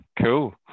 cool